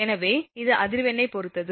எனவே இது அதிர்வெண்ணைப் பொறுத்தது